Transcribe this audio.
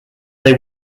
they